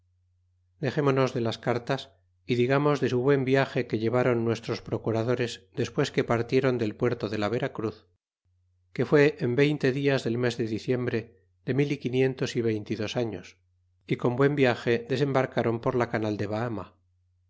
dexémonos de las cartas y digamos de su buen viage que ileváron nuestros procuradores despues que partieron del puerto de la veracruz que fue en veinte dias del mes de diciembre de mil y quinientos é veinte y dos años y con buen viage desembarcáron porla canal de bahama